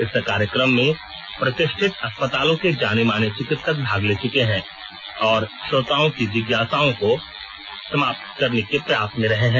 इस कार्यक्रम में प्रतिष्ठित अस्पतालों के जाने माने चिकित्सक भाग ले चुके हैं और श्रोताओं की जिज्ञासाओं का समाधान कर चुके हैं